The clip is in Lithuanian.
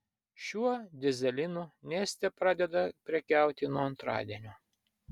šiuo dyzelinu neste pradeda prekiauti nuo antradienio